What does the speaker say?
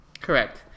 Correct